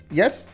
yes